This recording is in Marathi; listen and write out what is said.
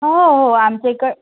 हो हो हो आमच्या इकं